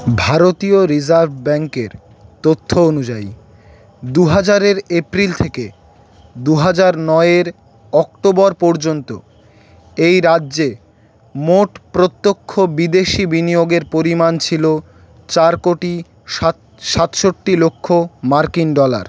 ভারতীয় রিজার্ভ ব্যাঙ্কের তথ্য অনুযায়ী দু হাজারের এপ্রিল থেকে দু হাজার নয়ের অক্টোবর পর্যন্ত এই রাজ্যে মোট প্রত্যক্ষ বিদেশি বিনিয়োগের পরিমাণ ছিল চার কোটি সাত সাতষট্টি লক্ষ মার্কিন ডলার